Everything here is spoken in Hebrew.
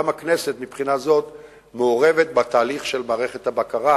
גם הכנסת מעורבת מבחינה זו בתהליך של מערכת הבקרה,